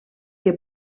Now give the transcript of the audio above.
que